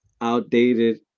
outdated